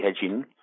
hedging